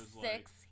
six